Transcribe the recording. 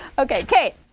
ok, kate?